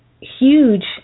huge